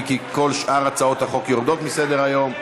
כי כל שאר הצעות החוק יורדות מסדר-היום.